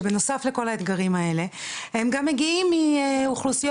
שבנוסף לכל האתגרים האלה הם גם מגיעים מאוכלוסיות